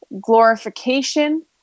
glorification